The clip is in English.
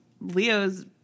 Leo's